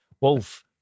Wolf